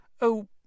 Oh